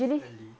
still early